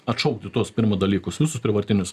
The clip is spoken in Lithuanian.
atšaukti tuos pirma dalykus visus prievartinius